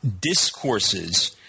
discourses